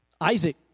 Isaac